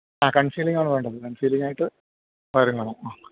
ആ കണ്സീലിങ്ങാണ് വേണ്ടത് കണ്സീലിങ്ങായിട്ട് വയറിങ് വേണം അ